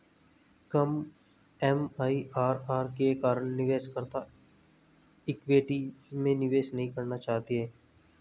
कम MIRR के कारण निवेशकर्ता इक्विटी में निवेश नहीं करना चाहते हैं